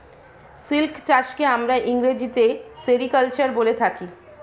silk চাষকে আমরা ইংরেজিতে সেরিকালচার বলে থাকি